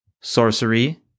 sorcery